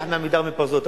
תיקח מ"עמידר" ומ"פרזות".